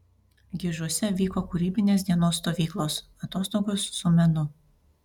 gižuose vyko kūrybinės dienos stovyklos atostogos su menu